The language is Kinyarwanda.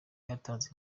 yatanze